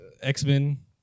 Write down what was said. X-Men